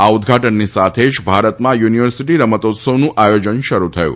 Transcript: આ ઉદઘાટનની સાથે જ ભારતમાં યુનિવર્સિટી રમતોત્સવનું આયોજન શરૂ થયું